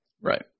Right